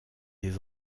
les